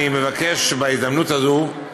אני מבקש בהזדמנות הזו,